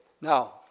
now